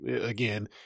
again